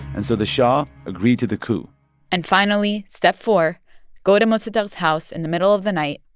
and so the shah agreed to the coup and finally, step four go to mossadegh's house in the middle of the night,